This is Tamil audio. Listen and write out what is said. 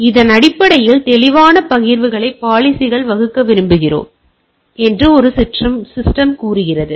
எனவே அதன் அடிப்படையில் தெளிவான பகிர்வுகளை பாலிசிகளை வகுக்க விரும்புகிறோம் என்று சிஸ்டம் கூறுகிறது